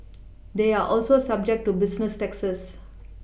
they are also subject to business taxes